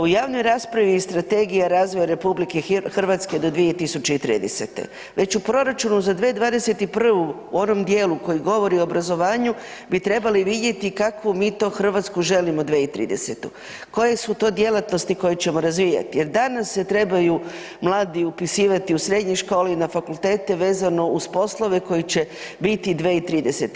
U javnoj raspravi je Strategija razvoja RH do 2030., već u proračunu za 2021. u onom dijelu koji govori o obrazovanju bi trebali vidjeti kakvu mi to Hrvatsku želimo 2030. koje su to djelatnosti koje ćemo razvijati jer danas se trebaju mladi upisivati u srednje škole i na fakultete vezano uz poslove koji će biti 2030.